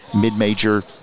mid-major